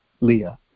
Leah